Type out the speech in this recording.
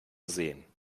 sehen